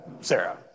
Sarah